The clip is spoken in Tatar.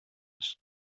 без